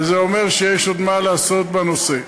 וזה אומר שיש עוד מה לעשות בנושא.